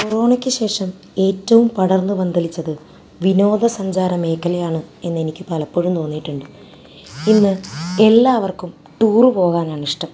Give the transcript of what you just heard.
കൊറോണയ്ക്ക് ശേഷം ഏറ്റവും പടർന്നു പന്തലിച്ചത് വിനോദസഞ്ചാര മേഖലയാണ് എന്നെനിക്ക് പലപ്പോഴും തോന്നിയിട്ടുണ്ട് ഇന്ന് എല്ലാവർക്കും ടൂറ് പോകാനാണിഷ്ട്ടം